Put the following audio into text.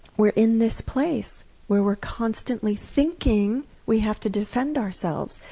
we're in this place where we're constantly thinking we have to defend ourselves,